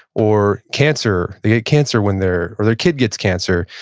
or cancer, they get cancer when they're, or their kid gets cancer.